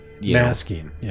Masking